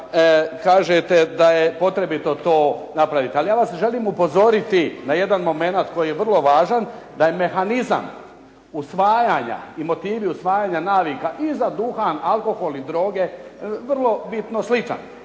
kažete da je potrebito to napraviti. Ali ja vas želim upozoriti na jedan momenat koji je vrlo važan, da je mehanizam usvajanja i motivi usvajanja navika i za duhan, alkohol i droge vrlo bitno sličan.